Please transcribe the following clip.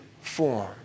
form